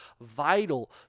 vital